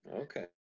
Okay